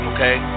Okay